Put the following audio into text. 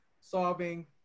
solving